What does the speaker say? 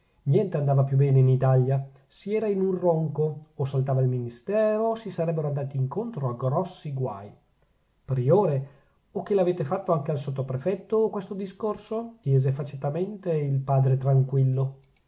niente andava più bene in italia si era in un ronco o saltava il ministero o si sarebbe andati incontro a grossi guai priore o che l'avete fatto anche al sottoprefetto questo discorso chiese facetamente il padre tranquillo